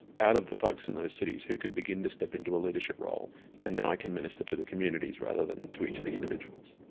out of the folks in those cities, who could begin to step into a leadership role and then i can minister to the communities rather than to each of the individuals.